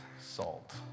salt